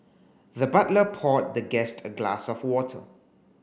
the butler poured the guest a glass of water